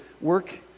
work